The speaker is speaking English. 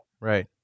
Right